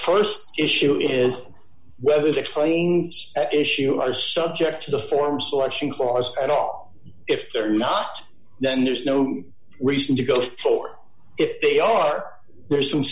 so st issue is whether is explained at issue are subject to the form selection clause at all if they're not then there's no reason to go for if they are there some